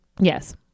Yes